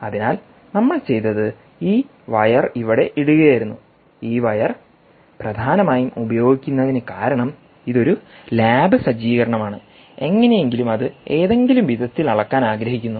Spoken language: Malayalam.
അതിനാൽനമ്മൾ ചെയ്തത് ഈ വയർ ഇവിടെ ഇടുകയായിരുന്നുഈ വയർ പ്രധാനമായും ഉപയോഗിക്കുന്നതിന് കാരണം ഇത് ഒരു ലാബ് സജ്ജീകരണമാണ് എങ്ങനെയെങ്കിലും അത് ഏതെങ്കിലും വിധത്തിൽ അളക്കാൻ ആഗ്രഹിക്കുന്നു